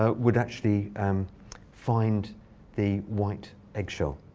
ah would actually um find the white egg shell.